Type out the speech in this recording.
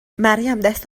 مریم، دست